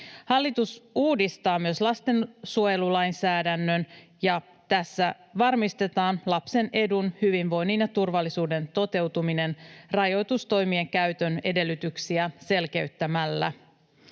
Hallitus uudistaa myös lastensuojelulainsäädännön, ja tässä varmistetaan lapsen edun, hyvinvoinnin ja turvallisuuden toteutuminen rajoitustoimien käytön edellytyksiä selkeyttämällä.